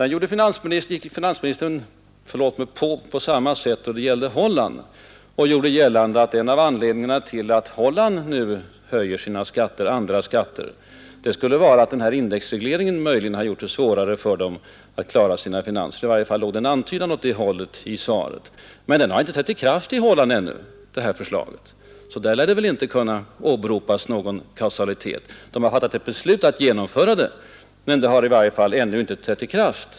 På samma sätt gick finansministern på när det gällde Holland och gjorde gällande att en av anledningarna till att Holland nu höjer sina andra skatter var att den här indexregleringen möjligen gjort det svårare för landet att klara sina finanser. I varje fall låg det en antydan åt det hållet i svaret. Men detta förslag har inte trätt i kraft i Holland ännu, så där lär det inte kunna åberopas någon kausalitet. Man har fattat beslut om att genomföra förslaget, men det har ännu inte trätt i kraft.